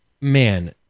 man